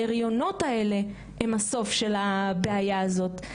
ההריונות האלה הם הסוף של הבעיה הזאת.